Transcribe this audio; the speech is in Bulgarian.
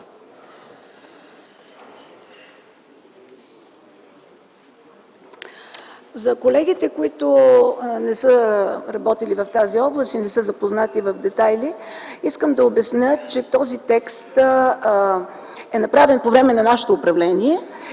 За колегите, които не са работили в тази област и не са запознати в детайли, искам да обясня, че текстът е направен по време на нашето управление